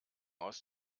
aus